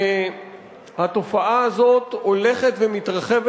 והתופעה הזאת הולכת ומתרחבת,